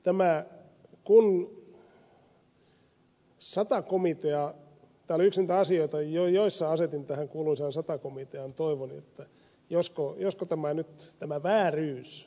tämä oli yksi niitä asioita joissa asetin tähän kuuluisaan sata komiteaan toivoni josko nyt tämä vääryys